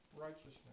righteousness